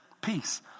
Peace